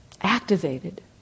activated